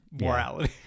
Morality